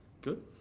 Good